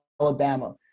Alabama